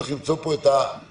צריך למצוא פה את האיזון,